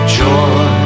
joy